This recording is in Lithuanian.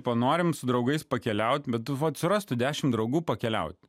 panorim su draugais pakeliaut bet tu vat surask tų dešim draugų pakeliaut